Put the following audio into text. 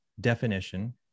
definition